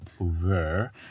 over